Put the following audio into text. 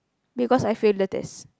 because I fail the test